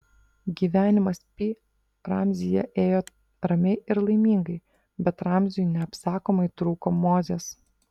gyvenimas pi ramzyje ėjo ramiai ir laimingai bet ramziui neapsakomai trūko mozės